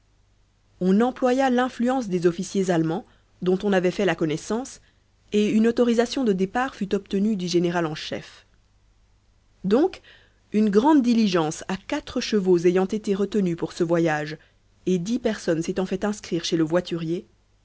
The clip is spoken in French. on employa l'influence des officiers allemands dont on avait fait la connaissance et une autorisation de départ fut obtenue du général en chef donc une grande diligence à quatre chevaux ayant été retenue pour ce voyage et dix personnes s'étant fait inscrire chez le voiturier